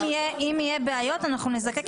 סעיף